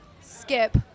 skip